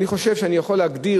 אני חושב שאני יכול להגדיר